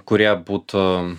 kurie būtų